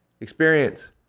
experience